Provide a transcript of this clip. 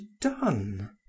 done